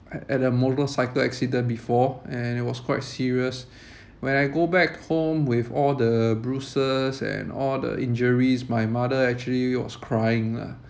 had had a motorcycle accident before and it was quite serious when I go back home with all the bruises and all the injuries my mother actually was crying lah